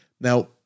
Now